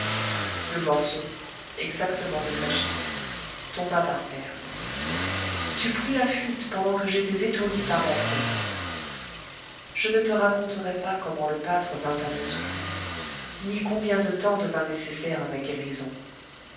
le morceau exactement détaché tomba par terre tu pris la fuite pendant que j'étais étourdi par la douleur je ne te raconterai pas comment le pâtre vint à mon secours ni combien de temps devint nécessaire à ma guérison